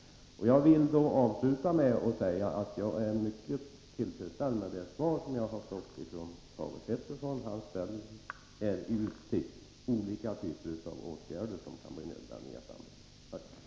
Jag vill avsluta med att säga att jag är mycket tillfredsställd med det svar som jag har fått från Thage Peterson. Han ställer i utsikt olika typer av åtgärder som kan bli nödvändiga framöver.